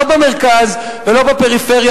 לא במרכז ולא בפריפריה,